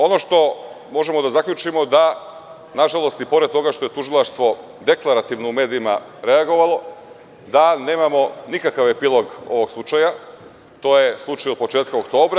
Ono što možemo da zaključimo jeste da, nažalost, i pored toga što je tužilaštvo deklarativno u medijima reagovalo, nemamo nikakav epilog ovog slučaja, a to je slučaj od početka oktobra.